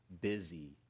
busy